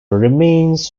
remains